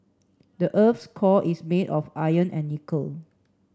the earth's core is made of iron and nickel